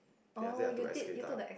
then after that I took escalator